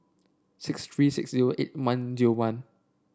six three six zero eight one zero one